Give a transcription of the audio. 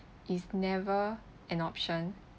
is never an option